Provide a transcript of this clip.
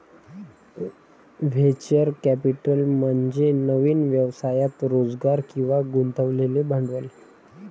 venture capital म्हणजे नवीन व्यवसायात रोजगार किंवा गुंतवलेले भांडवल